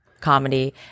comedy